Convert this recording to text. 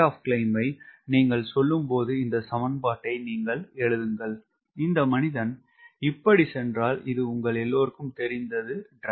ROC ஐ நீங்கள் சொல்லும்போது இந்த சமன்பாடை நீங்கள் எழுதுங்கள் இந்த மனிதன் இப்படி சென்றால் இது உங்கள் எல்லோருக்கும் தெரிந்த ட்ராக்